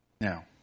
Now